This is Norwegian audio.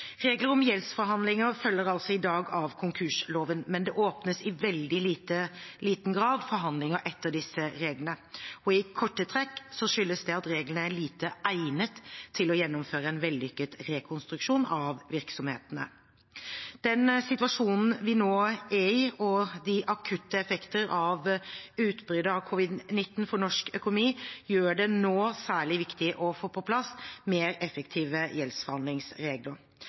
Regler om gjeldsforhandlinger følger altså i dag av konkursloven, men det åpnes i veldig liten grad forhandlinger etter disse reglene. I korte trekk skyldes det at reglene er lite egnet til å gjennomføre en vellykket rekonstruksjon av virksomhetene. Den situasjonen vi nå er i, og de akutte effekter av utbruddet av covid-19 for norsk økonomi, gjør det særlig viktig å få på plass mer effektive gjeldsforhandlingsregler.